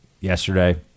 yesterday